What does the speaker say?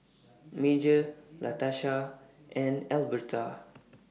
Major Latasha and Alberta